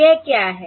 यह क्या है